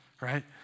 right